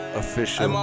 official